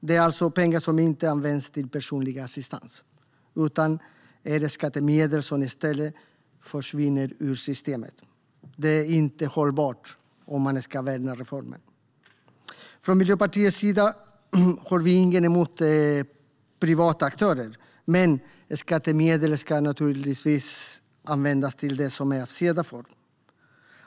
Det är alltså pengar som inte används till personlig assistans, utan det är skattemedel som i stället försvinner ur systemet. Det är inte hållbart om man ska värna reformen. Miljöpartiet har inget emot privata aktörer, men skattemedlen ska naturligtvis användas till det som de är avsedda för.